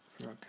Okay